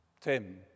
Tim